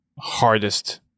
hardest